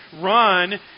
run